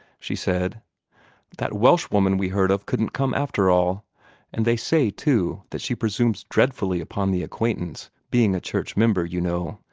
she said that welsh woman we heard of couldn't come, after all and they say, too, that she presumes dreadfully upon the acquaintance, being a church member, you know.